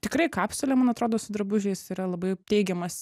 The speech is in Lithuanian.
tikrai kapsulė man atrodo su drabužiais yra labai teigiamas